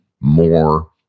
more